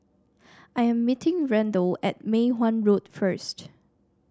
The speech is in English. I am meeting Randal at Mei Hwan Road first